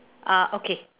ah okay